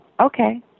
Okay